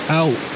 out